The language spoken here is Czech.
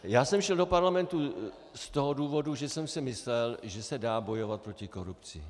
Já jsem šel do parlamentu z toho důvodu, že jsem si myslel, že se dá bojovat proti korupci.